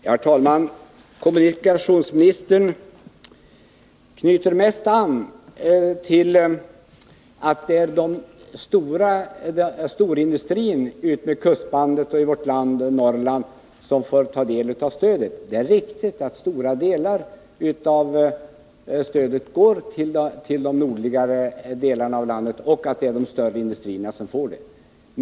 Herr talman! Kommunikationsministern knyter mest an till att det är storindustrin utmed kustbandet i Norrland som får del av stödet. Det är riktigt att stora delar av stödet går till de nordligare delarna av landet och att det är de större industrierna som får det.